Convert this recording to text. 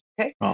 Okay